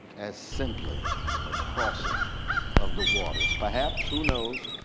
as simply a crossing of the waters. perhaps who knows,